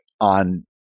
on